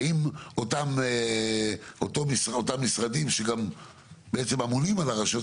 האם אותם משרדים שבעצם אמונים על הרשויות